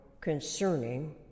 concerning